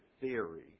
theory